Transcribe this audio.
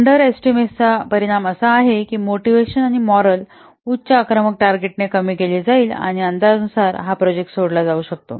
under एस्टिमेटचा परिणाम असा आहे की मोटिवेशन आणि मॉरल उच्च आक्रमक टार्गेटाने कमी केले जाईल आणि अंदाजानुसार हा प्रोजेक्ट सोडला जाऊ शकतो